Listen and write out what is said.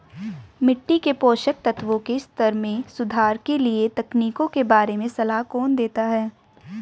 मिट्टी के पोषक तत्वों के स्तर में सुधार के लिए तकनीकों के बारे में सलाह कौन देता है?